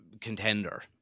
contender